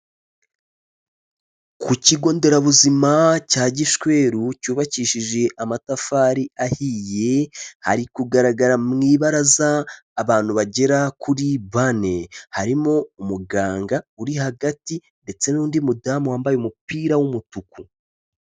Ku kigo nderabuzima cya Gishweru cyubakishije amatafari ahiye, hari kugaragara mu ibaraza abantu bagera kuri bane, harimo umuganga uri hagati ndetse n'undi mudamu wambaye umupira w'umutuku.